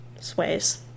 sways